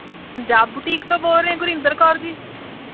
Punjab boutique ਤੋਂ ਬੋਲ ਰਹੇ ਗੁਰਿੰਦਰ ਕੌਰ ਜੀ